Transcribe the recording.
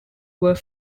were